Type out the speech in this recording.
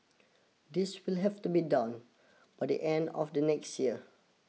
this will have to be done by the end of the next year